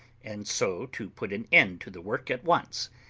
and so to put an end to the work at once,